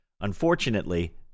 Unfortunately